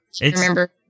remember